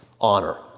honor